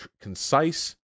concise